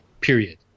Period